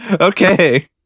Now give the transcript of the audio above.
Okay